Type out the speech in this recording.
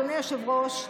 אדוני היושב-ראש,